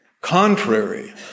contrary